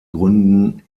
gründen